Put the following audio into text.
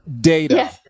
data